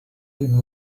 been